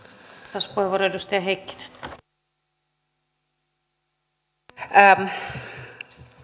arvoisa rouva puhemies